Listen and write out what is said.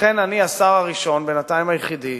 לכן אני השר הראשון, בינתיים היחידי,